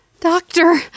Doctor